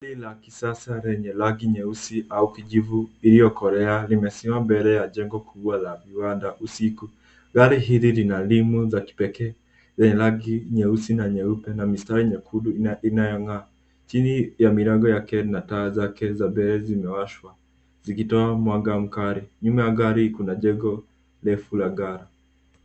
Gari la kisasa lenye rangi nyeusi au kijivu iliyokolea limesimama mbele ya jengo kubwa la viwanda usiku. Gari hili lina rimu za kipekee zenye rangi nyeusi na nyeupe na mistari nyekundu ina- inayong'aa chini ya milango yake lina taa zake za mbele zimewashwa zikitoa mwanga mkali. Nyuma ya gari kuna jengo refu la gala.